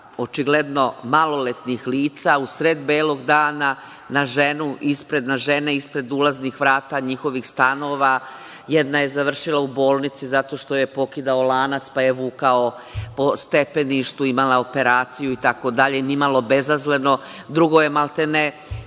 očigledno maloletnih lica u sred belog dana na žene ispred ulaznih vrata njihovih stanova. Jedna je završila u bolnici zato što joj je pokidao lanac, pa je vukao po stepeništu, imala je operaciju, itd, nimalo bezazleno. Drugoj je maltene